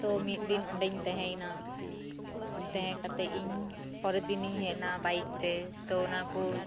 ᱛᱚ ᱢᱤᱜᱫᱤᱱ ᱚᱸᱰᱮᱧ ᱛᱟᱦᱮᱸᱭ ᱱᱟ ᱛᱟᱦᱮᱸ ᱠᱟᱛᱮᱜ ᱤᱧ ᱯᱚᱨᱮ ᱫᱤᱱ ᱦᱮᱜ ᱱᱟ ᱵᱟᱭᱤᱠ ᱛᱮ ᱛᱚ ᱚᱱᱟ ᱠᱚ